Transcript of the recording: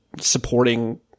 supporting